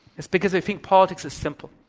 it's because they think politics is simple,